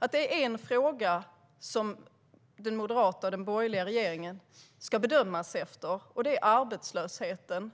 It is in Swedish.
att det var en fråga som den moderata och borgerliga regeringen skulle bedömas efter, och det var arbetslösheten.